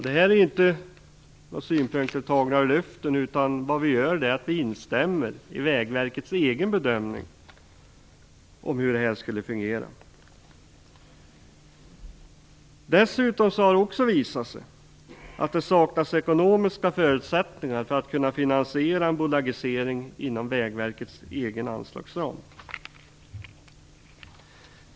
Det här är inte några synpunkter tagna ur luften, utan vad vi gör är att vi instämmer i Vägverkets egen bedömning om hur det här skulle ha fungerat. Det har också visat sig att det saknas ekonomiska förutsättningar för att en bolagisering skall kunna finansieras inom Vägverkets egen anslagsram.